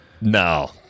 no